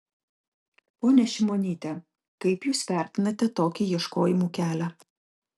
ponia šimonyte kaip jūs vertinate tokį ieškojimų kelią